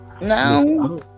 No